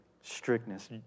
strictness